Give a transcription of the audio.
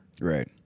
Right